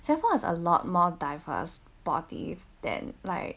singapore has a lot more diverse parties than like